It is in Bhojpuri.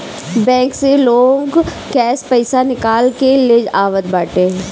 बैंक से लोग कैश पईसा निकाल के ले आवत बाटे